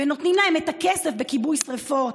ונותנים להם את הכסף בכיבוי שרפות.